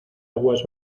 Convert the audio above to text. aguas